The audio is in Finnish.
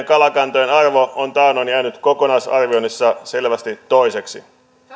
kalakantojen arvo on taannoin jäänyt kokonaisarvioinnissa selvästi toiseksi